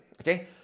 okay